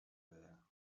there